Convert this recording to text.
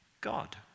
God